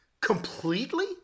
Completely